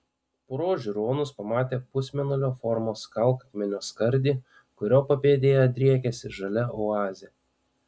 pro žiūronus pamatė pusmėnulio formos kalkakmenio skardį kurio papėdėje driekėsi žalia oazė